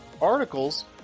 articles